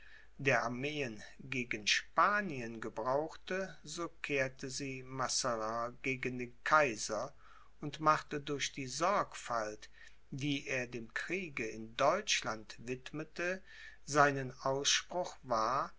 der armeen gegen spanien gebrauchte so kehrte sie mazarin gegen den kaiser und machte durch die sorgfalt die er dem kriege in deutschland widmete seinen ausspruch wahr